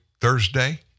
Thursday